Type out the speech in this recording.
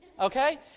okay